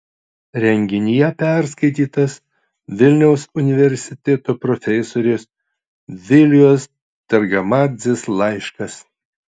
renginyje perskaitytas vilniaus universiteto profesorės vilijos targamadzės laiškas